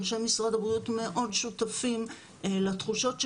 אנשי משרד הבריאות מאוד שותפים לתחושות שלנו.